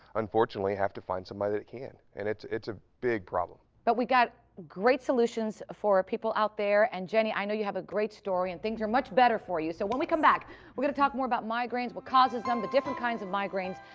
unfortunately, have to find somebody that can. and it's. it's a big problem. but we got great solutions for people out there and jenny, i know you have a great story, and things are much better for you, so when we come back we're gonna talk more about migraines, what causes them, the different kinds of migraines,